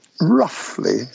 roughly